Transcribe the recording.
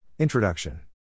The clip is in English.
Introduction